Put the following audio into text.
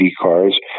cars